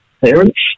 parents